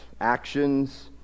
actions